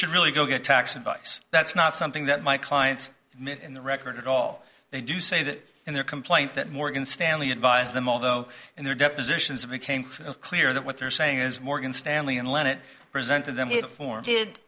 should really go get tax advice that's not something that my clients in the record all they do say that in their complaint that morgan stanley advised them although in their depositions it became clear that what they're saying is morgan stanley and len it presented them form did